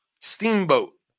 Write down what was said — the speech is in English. Steamboat